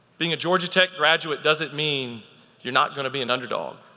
being a georgia tech graduate doesn't mean you're not gonna be an underdog.